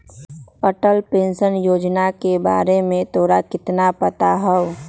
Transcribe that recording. Atal pension योजना के बारे में तोरा कितना पता हाउ?